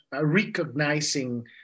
recognizing